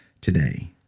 today